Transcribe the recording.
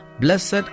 Blessed